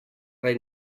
rey